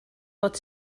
fod